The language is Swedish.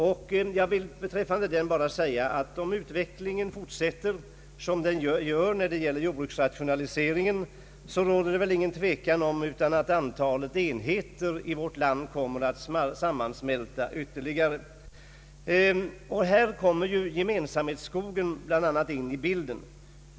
Beträffande denna reservation vill jag säga att om utvecklingen fortsätter som hittills när det gäller jordbruksrationaliseringen, råder det ingen tvekan om att antalet enheter i vårt land kommer att sammansmälta ytterligare. Här kommer gemensamhetsskogen in i bilden.